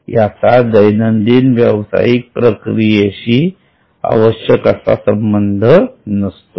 याचा दैनंदिन व्यवसायिक प्रक्रियेशी आवश्यक असा संबंध नसतो